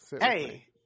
Hey